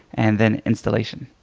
and then installation.